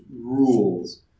rules